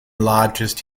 largest